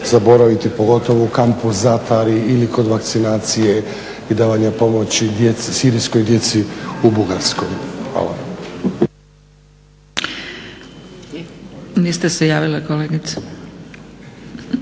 zaboraviti pogotovo u kampu Safari ili kod vakcinacije i davanja pomoći djeci, sirijskoj djeci u Bugarskoj. Hvala.